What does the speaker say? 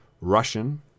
Russian